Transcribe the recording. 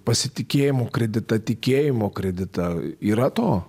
pasitikėjimo kreditą tikėjimo kreditą yra to